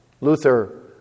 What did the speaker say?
Luther